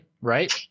right